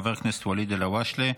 חבר הכנסת ואליד אלהואשלה,